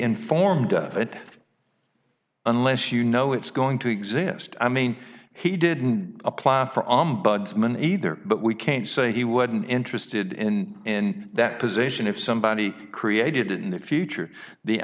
informed of it unless you know it's going to exist i mean he didn't apply for ombudsman either but we can't say he wouldn't interested in in that position if somebody created in the future the